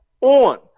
on